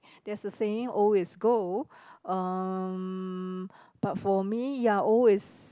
there is a saying old is gold um but for me ya old is